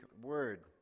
word